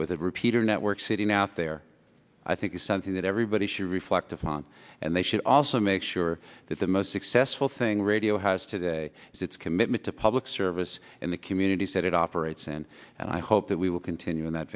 with a repeater network sitting out there i think is something that everybody should reflect upon and they should also make sure that the most successful thing radio has today is its commitment to public service in the communities that it operates in and i hope that we will continue in that